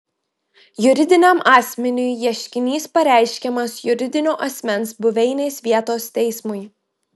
juridiniam asmeniui ieškinys pareiškiamas juridinio asmens buveinės vietos teismui